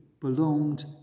belonged